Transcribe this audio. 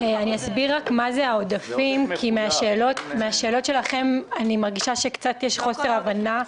אסביר מה זה העודפים כי מהשאלות שלכם אני מרגישה שקצת יש חוסר הבנה.